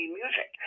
music